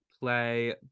play